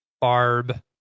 Barb